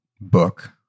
book